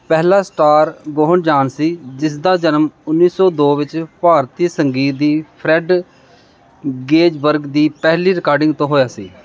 ਪਹਿਲਾ ਸਟਾਰ ਗੌਹਰ ਜਾਨ ਸੀ ਜਿਸ ਦਾ ਜਨਮ ਉੱਨੀ ਸੌ ਦੋ ਵਿੱਚ ਭਾਰਤੀ ਸੰਗੀਤ ਦੀ ਫਰੈੱਡ ਗੇਜ਼ਬਰਗ ਦੀ ਪਹਿਲੀ ਰਿਕਾਰਡਿੰਗ ਤੋਂ ਹੋਇਆ ਸੀ